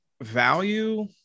value